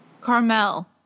Carmel